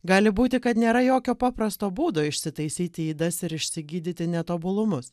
gali būti kad nėra jokio paprasto būdo išsitaisyti ydas ir išsigydyti netobulumus